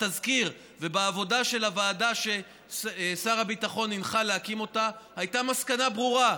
בתזכיר ובעבודה של הוועדה ששר הביטחון הנחה להקים הייתה מסקנה ברורה: